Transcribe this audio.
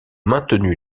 maintenu